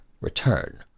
return